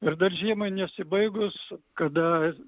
ir dar žiemai nesibaigus kada